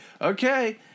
okay